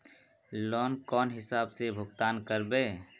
Loan कौन हिसाब से भुगतान करबे?